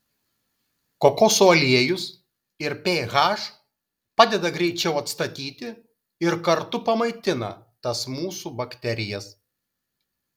kokosų aliejus ir ph padeda greičiau atstatyti ir kartu pamaitina tas mūsų bakterijas